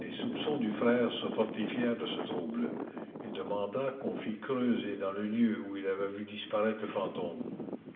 les soupçons du frère se fortifièrent de ce trouble il demanda qu'on fit creuser dans le lieu où il avait vu disparaître le fantôme